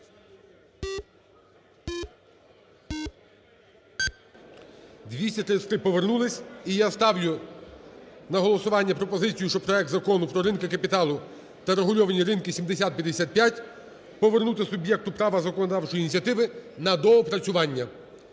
За-233 Повернулись. І я ставлю на голосування пропозицію, що проект Закону про ринки капіталу та регульовані ринки (7055) повернути суб'єкту права законодавчої ініціативи на доопрацювання.